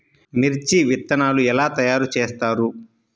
మిర్చి విత్తనాలు ఎలా తయారు చేస్తారు?